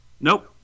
Nope